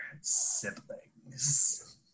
siblings